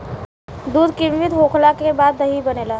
दूध किण्वित होखला के बाद दही बनेला